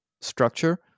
structure